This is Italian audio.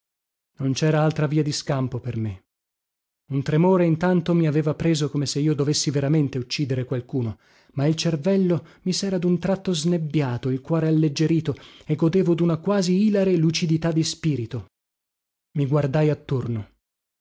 non cera altra via di scampo per me un tremore intanto mi aveva preso come se io dovessi veramente uccidere qualcuno ma il cervello mi sera dun tratto snebbiato il cuore alleggerito e godevo duna quasi ilare lucidità di spirito i guardai attorno